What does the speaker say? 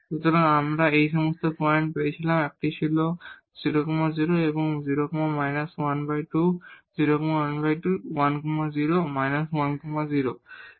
সুতরাং আমরা এই সব পয়েন্ট পেয়েছিলাম একটি ছিল 0 0 এবং 0 12 0 12 1 0 1 0